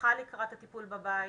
ההדרכה לקראת הטיפול בבית